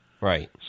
right